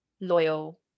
loyal